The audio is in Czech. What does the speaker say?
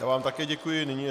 Já vám také děkuji.